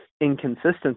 inconsistency